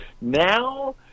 now